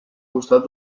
costat